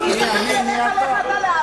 לא מוצא חן בעיניך, לך אתה לעזה.